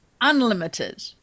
unlimited